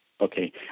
Okay